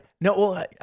No